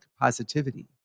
positivity